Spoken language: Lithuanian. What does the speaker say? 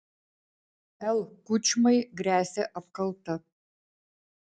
l kučmai gresia apkalta